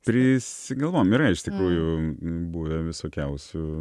prisigalvojam yra iš tikrųjų buvę visokiausių